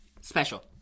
Special